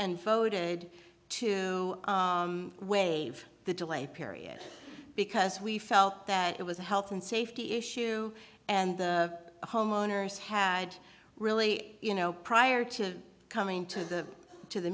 and voted to waive the delay period because we felt that it was a health and safety issue and the homeowners had really you know prior to coming to the to the